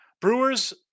Brewers